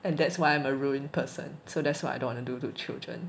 and that's why I'm a ruined person so that's what I don't want to do to children